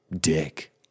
dick